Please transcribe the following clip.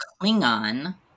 Klingon